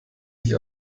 ich